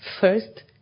first